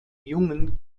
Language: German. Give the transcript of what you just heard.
jungen